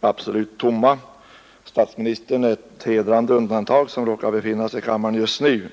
är absolut tomma. Statsministern, som råkar befinna sig i kammaren just nu,